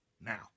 now